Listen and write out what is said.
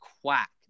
quack